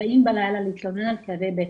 באים בלילה להתלונן על כאבי בטן.